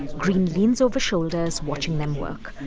greene leans over shoulders, watching them work.